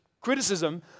criticism